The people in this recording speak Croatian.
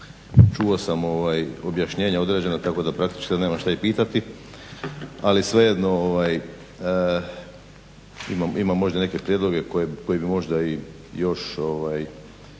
čuo sam objašnjenje određeno tako da praktički sad nemam šta i pitati, ali svejedno imam možda neke prijedloge koji bi možda i još